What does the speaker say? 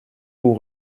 vous